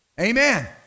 Amen